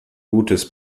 gutes